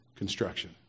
Construction